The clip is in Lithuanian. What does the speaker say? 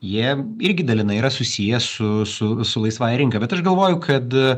jie irgi dalinai yra susiję su su su laisvąja rinka bet aš galvoju kad